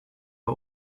are